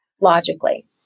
logically